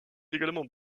également